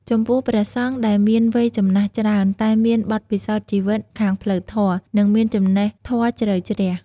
ចំពោះ ព្រះសង្ឃែលមានវ័យចំណាស់ច្រើនតែមានបទពិសោធន៍ជីវិតខាងផ្លូវធម៌ និងមានចំណេះធម៌ជ្រៅជ្រះ។